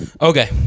Okay